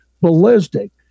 ballistic